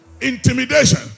intimidation